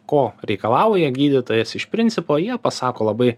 ko reikalauja gydytojas iš principo jie pasako labai